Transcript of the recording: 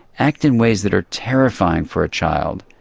act in ways that are terrifying for a child.